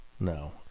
No